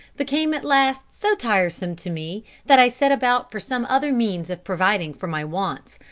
became at last so tiresome to me that i set about for some other means of providing for my wants.